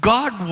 God